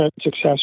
success